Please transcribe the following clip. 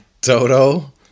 toto